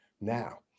Now